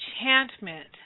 enchantment